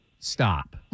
Stop